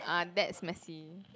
ah that's messy